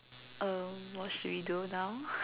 um what should we do now